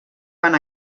van